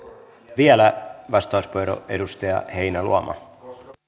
vielä vastauspuheenvuoro edustaja heinäluoma koska